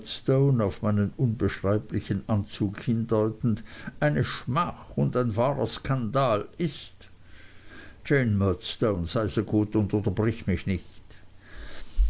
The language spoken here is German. auf meinen unbeschreiblichen anzug hindeutend eine schmach und ein wahrer skandal ist jane murdstone sei so gut und unterbrich mich nicht